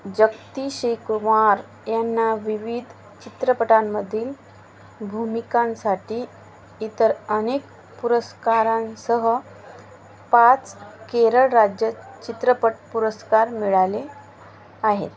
जगती श्रीकुमार यांना विविध चित्रपटांमधील भूमिकांसाठी इतर अनेक पुरस्कारांसह पाच केरळ राज्य चित्रपट पुरस्कार मिळाले आहेत